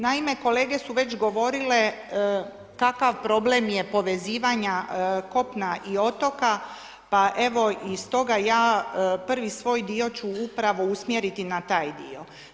Naime, kolege su već govorile kakav problem je povezivanja kopna i otoka pa evo iz toga ja privi svoj dio ću upravo usmjeriti na taj dio.